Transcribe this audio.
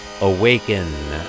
Awaken